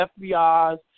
FBI's